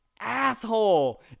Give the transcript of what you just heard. asshole